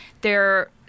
they're-